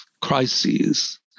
crises